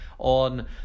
on